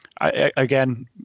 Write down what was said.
Again